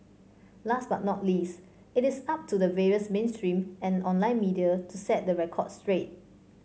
last but not least it is up to the various mainstream and online media to set the record straight